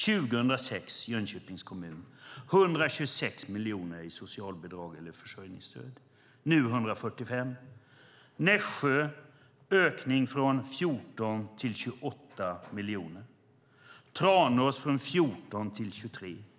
I Jönköpings kommun 2006 var det 126 miljoner i socialbidrag eller försörjningsstöd. Nu är det 145 miljoner. I Nässjö var det en ökning från 14 till 28 miljoner. I Tranås var det en ökning från 14 till 23 miljoner.